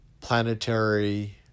planetary